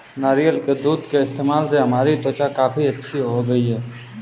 नारियल के दूध के इस्तेमाल से हमारी त्वचा काफी अच्छी हो गई है